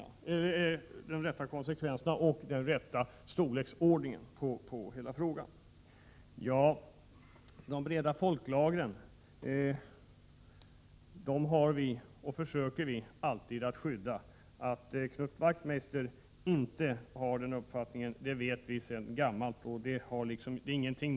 Vi försöker alltid att skydda de breda folklagren. Att Knut Wachtmeister och moderaterna inte för samma politik vet vi sedan gammalt: det är ingen nyhet.